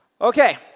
Okay